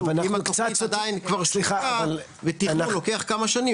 אם התוכנית כבר אושרה ותכנון לוקח כמה שנים,